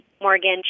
Morgan